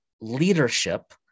leadership